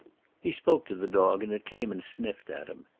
he spoke to the dog, and it came and sniffed at him.